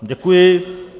Děkuji.